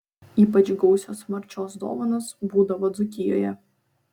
ypač gausios marčios dovanos būdavo dzūkijoje